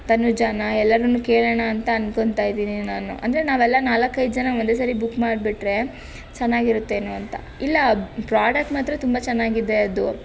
ತನುಜಾನ ಎಲ್ಲರನ್ನು ಕೇಳೋಣ ಅಂತ ಅಂದ್ಕೊಂತ ಇದ್ದೀನಿ ನಾನು ಅಂದರೆ ನಾವೆಲ್ಲ ನಾಲ್ಕೈದು ಜನ ಒಂದೇ ಸರಿ ಬುಕ್ ಮಾಡಿಬಿಟ್ಟರೆ ಚೆನ್ನಾಗಿರುತ್ತೇನೋ ಅಂತ ಇಲ್ಲ ಪ್ರಾಡಕ್ಟ್ ಮಾತ್ರ ತುಂಬ ಚೆನ್ನಾಗಿದೆ ಅದು